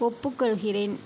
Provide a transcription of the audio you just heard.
ஒப்புக்கொள்கிறேன்